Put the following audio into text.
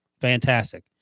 Fantastic